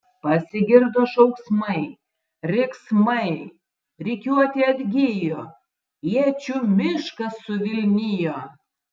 pasigirdo šauksmai riksmai rikiuotė atgijo iečių miškas suvilnijo